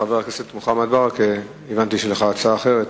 חבר הכנסת מוחמד ברכה, הבנתי שיש לך הצעה אחרת.